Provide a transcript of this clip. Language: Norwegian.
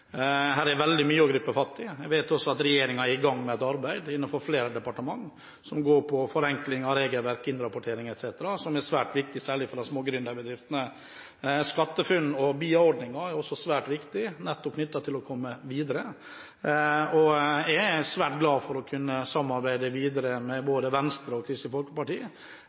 Her er veldig mye å gripe fatt i. Jeg vet også at regjeringen er i gang med et arbeid innenfor flere departementer som gjelder forenkling av regelverk, innrapportering etc., noe som er svært viktig, særlig for de små gründerbedriftene. SkatteFUNN og BIA-ordningen er også svært viktige for å komme videre. Jeg er svært glad for å kunne samarbeide videre med både Venstre og Kristelig Folkeparti